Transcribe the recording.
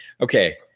okay